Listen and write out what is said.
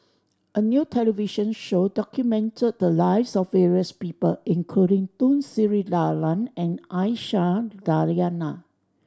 a new television show documented the lives of various people including Tun Sri Lanang and Aisyah Lyana